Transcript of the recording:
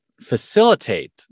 facilitate